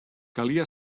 calia